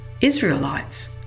Israelites